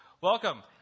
Welcome